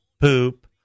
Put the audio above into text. poop